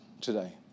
today